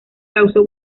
causó